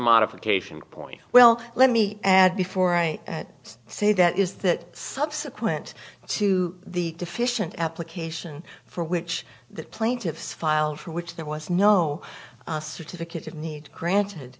modification point well let me add before i say that is that subsequent to the deficient application for which the plaintiffs filed for which there was no certificate of need granted